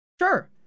Sure